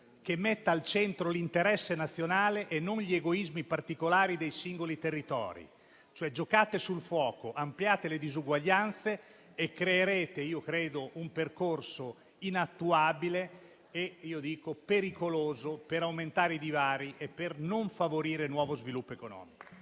che metta al centro l'interesse nazionale e non gli egoismi particolari dei singoli territori. Giocate col fuoco, ampliando le disuguaglianze e creando un percorso inattuabile e pericoloso per aumentare i divari e non favorire nuovo sviluppo economico.